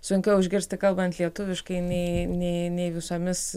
sunkiau išgirsti kalbant lietuviškai nei nei nei visomis